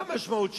מה המשמעות?